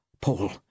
Paul